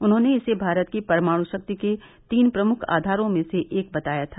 उन्होंने इसे भारत की परमाणु शक्ति के तीन प्रमुख आधारों में से एक बताया था